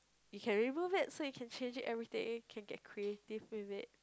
you can remove it so you can change it everything and can get creative with it